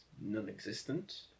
non-existent